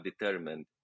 determined